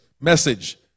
message